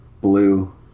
Blue